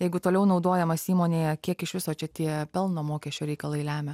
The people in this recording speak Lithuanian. jeigu toliau naudojamas įmonėje kiek iš viso čia tie pelno mokesčio reikalai lemia